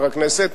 חבר הכנסת,